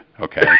Okay